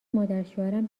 مادرشوهرم